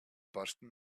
bursting